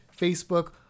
Facebook